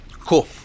Cool